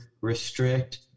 restrict